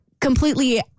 completely